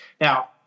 Now